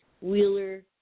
Wheeler